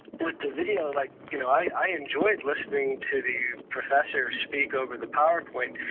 with the video, like you know i enjoyed listening to the professor speak over the powerpoint.